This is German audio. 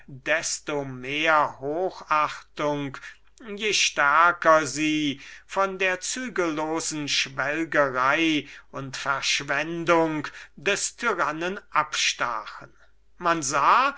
desto mehr hochachtung je stärker sie mit der zügellosen schwelgerei und verschwendung des tyrannen kontrastierte man sah